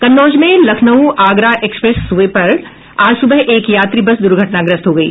कन्नौज में Lucknow Agra expressway पर आज सुबह एक यात्री बस दुर्घटनाग्रस्त हो गयी